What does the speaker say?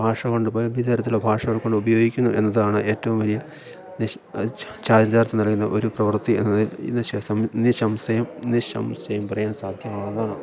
ഭാഷകൊണ്ട് വിവിധ തരത്തിലുള്ള ഭാഷകൾ കൊണ്ട് ഉപയോഗിക്കുന്നു എന്നതാണ് ഏറ്റവും വലിയ ചാരിതാർഥ്യം നൽകുന്ന ഒരു പ്രവർത്തി എന്നത് നിസ്സംശയം നിസ്സംശയം പറയാൻ സാധ്യമാവുന്നതാണ്